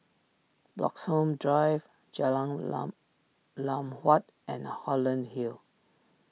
Bloxhome Drive Jalan Lam Lam Huat and Holland Hill